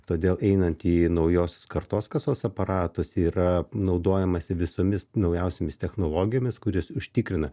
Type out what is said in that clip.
todėl einant į naujosios kartos kasos aparatus yra naudojamasi visomis naujausiomis technologijomis kuris užtikrina